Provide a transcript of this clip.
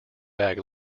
bag